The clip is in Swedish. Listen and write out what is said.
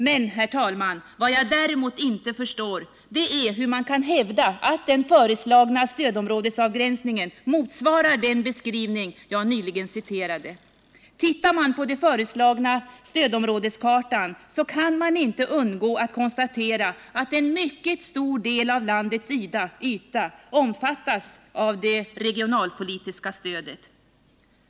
Men, herr talman, vad jag däremot inte förstår är hur man kan hävda att den föreslagna stödområdesavgränsningen motsvarar den beskrivning jag nyligen citerade. Ser man på den föreslagna stödområdeskartan kan man inte undgå att konstatera att en mycket stor del av landets yta omfattas av det regionalpolitiska stödet.